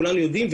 כולנו יודעים,